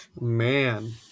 Man